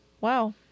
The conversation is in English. wow